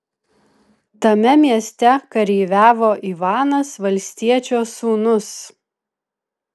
tame mieste kareiviavo ivanas valstiečio sūnus